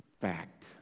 fact